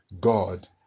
God